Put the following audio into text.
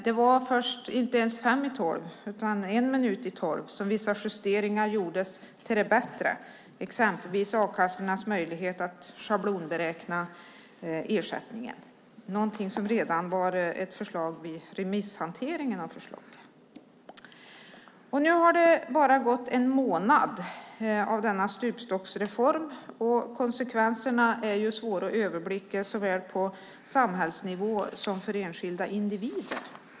Det var inte ens fem i tolv utan först en minut i tolv som vissa justeringar gjordes till det bättre, exempelvis a-kassornas möjlighet att schablonberäkna ersättningen. Det är någonting som var ett förslag redan vid remisshanteringen. Nu har det bara gått en månad med denna stupstocksreform. Konsekvenserna är svåra att överblicka såväl på samhällsnivå som för enskilda individer.